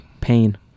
pain